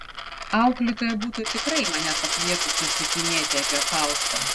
auklėtoja būtų tikrai mane pakvietusi atsakinėti apie faustą